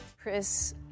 Chris